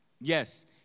Yes